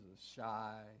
shy